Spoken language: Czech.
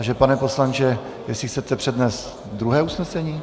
Takže pane poslanče, jestli chcete přednést druhé usnesení?